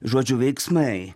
žodžiu veiksmai